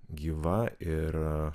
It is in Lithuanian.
gyva ir